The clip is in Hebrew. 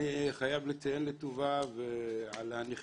אני חייב לציין לטובה את הנחישות,